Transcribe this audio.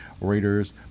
Raiders